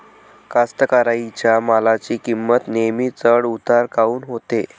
कास्तकाराइच्या मालाची किंमत नेहमी चढ उतार काऊन होते?